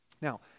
Now